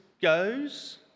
goes